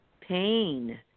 pain